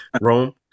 Rome